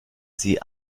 sie